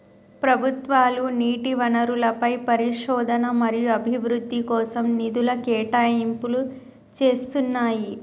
ప్రభుత్వాలు నీటి వనరులపై పరిశోధన మరియు అభివృద్ధి కోసం నిధుల కేటాయింపులు చేస్తున్నయ్యి